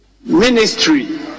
Ministry